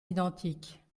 identiques